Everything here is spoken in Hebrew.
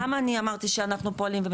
למה אני אמרתי שאנחנו פועלים,